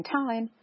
time